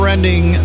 Ending